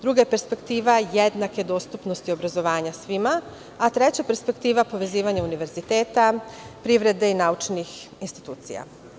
Druga je perspektiva jednake dostupnosti obrazovanja svima, a treća perspektiva, povezivanje univerziteta, privrede i naučnih institucija.